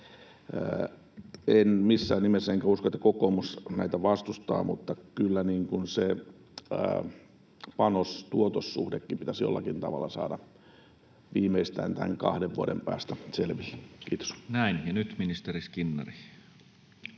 näitä vastusta enkä usko, että kokoomus näitä vastustaa, mutta kyllä se panos—tuotos-suhdekin pitäisi jollakin tavalla saada selville, viimeistään tämän kahden vuoden päästä. — Kiitos. Näin. — Ja nyt ministeri Skinnari.